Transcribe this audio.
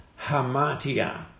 hamatia